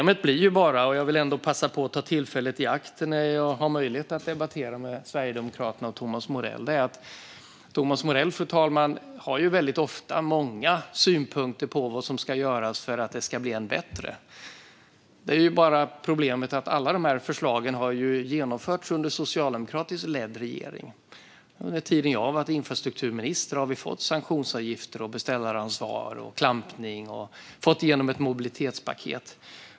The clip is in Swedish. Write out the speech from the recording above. Det finns dock ett problem, och jag vill passa på att ta upp det när jag nu har möjlighet att debattera med Sverigedemokraterna och Thomas Morell. Thomas Morell har väldigt ofta många synpunkter, fru talman, på vad som ska göras för att det hela ska bli bättre. Problemet är att alla dessa förslag har genomförts under en socialdemokratiskt ledd regering. Under den tid då jag har varit infrastrukturminister har vi fått sanktionsavgifter, beställaransvar och klampning, och vi har fått igenom ett mobilitetspaket.